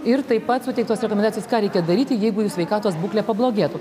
ir taip pat suteiktos rekomendacijos ką reikia daryti jeigu jų sveikatos būklė pablogėtų